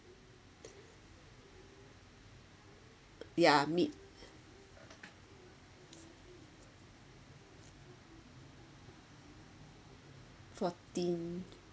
ya mid fourteen